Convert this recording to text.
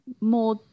more